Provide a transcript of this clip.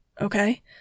okay